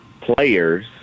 players